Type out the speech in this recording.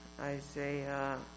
Isaiah